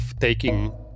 taking